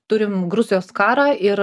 turim gruzijos karą ir